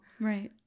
Right